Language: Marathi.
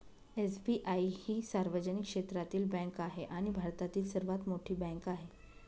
एस.बी.आई ही सार्वजनिक क्षेत्रातील बँक आहे आणि भारतातील सर्वात मोठी बँक आहे